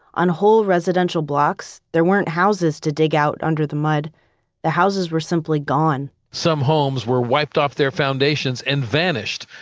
on whole residential blocks, there weren't houses to dig out under the mud the houses were simply gone some homes were wiped off their foundations and vanished,